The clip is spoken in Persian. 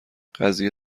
قضیه